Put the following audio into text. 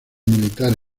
militar